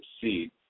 succeed